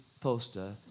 poster